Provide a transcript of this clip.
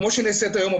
כמו שנעשית היום,